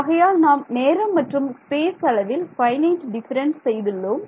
ஆகையால் நாம் நேரம் மற்றும் ஸ்பேஸ் அளவில் ஃபைனைட் டிஃபரன்ஸ் செய்துள்ளோம்